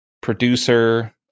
producer